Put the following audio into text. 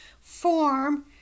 form